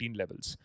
levels